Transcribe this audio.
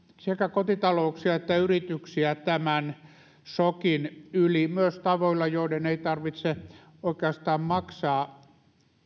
sekä kotitalouksia että yrityksiä tämän sokin yli myös tavoilla joiden ei tarvitse oikeastaan maksaa